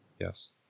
Yes